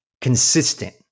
consistent